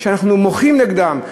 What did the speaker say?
ואנחנו מוחים נגדם,